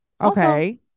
Okay